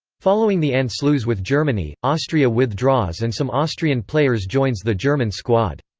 following the anschluss with germany, austria withdraws and some austrian players joins the german squad.